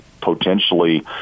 potentially